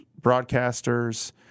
broadcasters